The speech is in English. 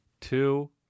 two